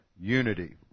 Unity